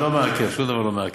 לא מעכב, שום דבר לא מעכב.